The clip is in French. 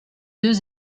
deux